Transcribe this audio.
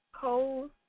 cold